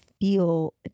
feel